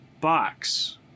box